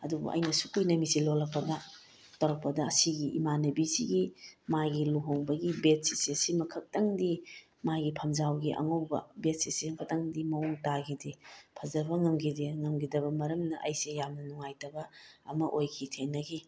ꯑꯗꯨꯕꯨ ꯑꯩꯅ ꯑꯁꯨꯛ ꯀꯨꯏꯅ ꯃꯦꯆꯤꯟ ꯂꯣꯜꯂꯛꯄꯗ ꯇꯧꯔꯛꯄꯗ ꯑꯁꯤꯒꯤ ꯏꯃꯥꯟꯅꯕꯤꯁꯤꯒꯤ ꯃꯥꯒꯤ ꯂꯨꯍꯣꯡꯕꯒꯤ ꯕꯦꯠ ꯁꯤꯠꯁꯦ ꯁꯤꯃꯈꯛꯇꯪꯗꯤ ꯃꯥꯒꯤ ꯐꯝꯖꯥꯎꯒꯤ ꯑꯉꯧꯕ ꯕꯦꯠ ꯁꯤꯠꯁꯤꯃ ꯈꯛꯇꯪꯗꯤ ꯃꯑꯣꯡ ꯇꯥꯈꯤꯗꯦ ꯐꯖꯕ ꯉꯝꯈꯤꯗꯦ ꯉꯝꯈꯤꯗꯕ ꯃꯔꯝꯅ ꯑꯩꯁꯦ ꯌꯥꯝꯅ ꯅꯨꯡꯉꯥꯏꯇꯕ ꯑꯃ ꯑꯣꯏꯈꯤ ꯊꯦꯡꯅꯈꯤ